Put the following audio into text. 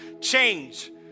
change